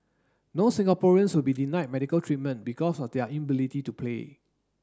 no Singaporeans will be denied medical treatment because of their to pay